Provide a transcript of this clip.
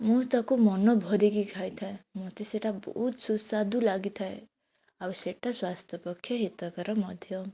ମୁଁ ତାକୁ ମନ ଭରିକି ଖାଇଥାଏ ମୋତେ ସେଟା ବହୁତ ସୁସ୍ୱାଦୁ ଲାଗିଥାଏ ଆଉ ସେଟା ସ୍ଵାସ୍ଥ୍ୟ ପକ୍ଷେ ହିତକର ମଧ୍ୟ